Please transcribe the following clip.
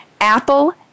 Apple